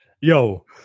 Yo